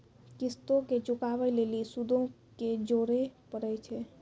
किश्तो के चुकाबै लेली सूदो के जोड़े परै छै